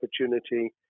opportunity